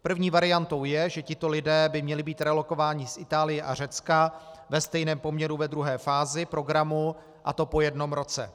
První variantou je, že tito lidé by měli být relokováni z Itálie a Řecka ve stejném poměru ve druhé fázi programu, a to po jednom roce.